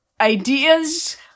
ideas